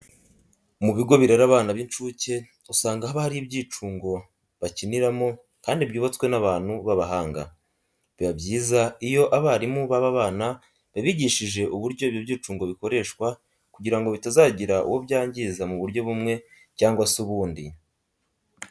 Mu bigo birera abana b'incuke usanga haba hari ibyicungo bakiniramo kandi byubatswe n'abantu b'abahanga. Biba byiza iyo abarimu baba bana babigishije uburyo ibyo byicungo bikoreshwa kugira ngo bitazagira uwo byangiza mu buryo bumwe cyangwa se ubundi.